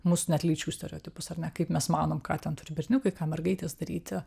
mūsų net lyčių stereotipus ar ne kaip mes manom ką ten turi berniukai ką mergaitės daryti